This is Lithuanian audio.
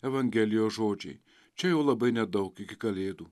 evangelijos žodžiai čia jau labai nedaug iki kalėdų